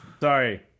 Sorry